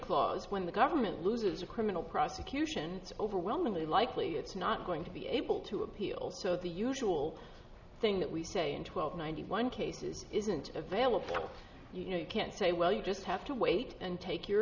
clause when the government loses a criminal prosecution it's overwhelmingly likely it's not going to be able to appeal so the usual thing that we say in twelve ninety one cases isn't available you know you can't say well you just have to wait and take your